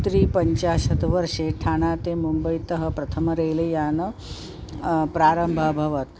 त्रिपञ्चाशत् वर्षे ठाणाते मुम्बैतः प्रथमं रेलयानस्य प्रारम्भम् अभवत्